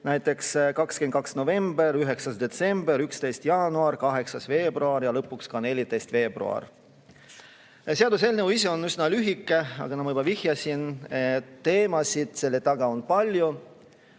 näiteks 22. novembril, 9. detsembril, 11. jaanuaril, 8. veebruaril ja lõpuks ka 14. veebruaril. Seaduseelnõu ise on üsna lühike, aga nagu ma juba vihjasin, teemasid selle taga on palju.